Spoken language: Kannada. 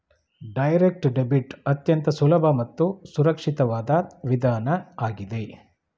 ಡೈರೆಕ್ಟ್ ಡೆಬಿಟ್ ಅತ್ಯಂತ ಸುಲಭ ಮತ್ತು ಸುರಕ್ಷಿತವಾದ ವಿಧಾನ ಆಗಿದೆ